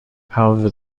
however